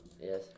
Yes